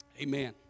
Amen